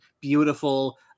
beautiful